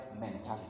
mentality